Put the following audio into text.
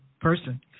person